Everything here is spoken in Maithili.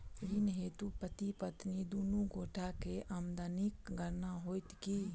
ऋण हेतु पति पत्नी दुनू गोटा केँ आमदनीक गणना होइत की?